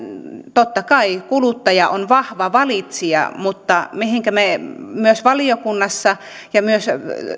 totta kai kuluttaja on vahva valitsija mutta mitä me myös valiokunnassa painotimme ja myös